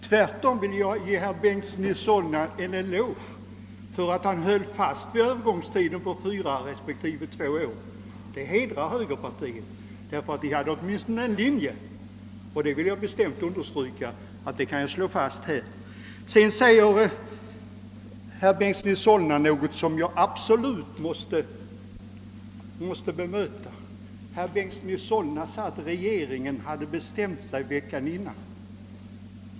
Tvärtom vill jag ge en eloge till herr Bengtson för att hans parti höll fast vid förslaget om en övergångstid på fyra respektive två år. Det hedrar högerpartiet; det hade åtminstone en linje. Vad jag absolut måste bemöta är herr Bengtsons i Solna påstående, att regeringen bestämt sig veckan förut.